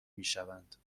میشوند